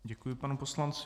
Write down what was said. Děkuji panu poslanci.